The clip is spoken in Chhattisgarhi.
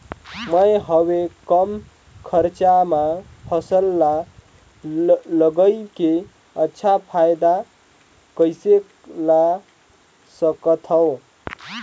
मैं हवे कम खरचा मा फसल ला लगई के अच्छा फायदा कइसे ला सकथव?